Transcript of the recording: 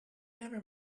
never